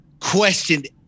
questioned